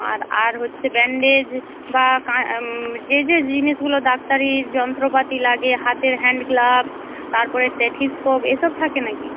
আর আর হচ্ছে ব্যান্ডেজ বা যে যে জিনিসগুলো ডাক্তারির যন্ত্রপাতি লাগে হাতের হ্যান্ড গ্লাভস তারপরে স্টেথোস্কোপ এসব থাকে নাকি